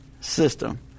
System